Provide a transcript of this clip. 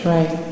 Right